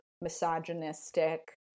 misogynistic